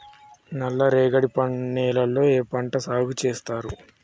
నల్లరేగడి నేలల్లో ఏ పంట సాగు చేస్తారు?